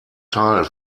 teil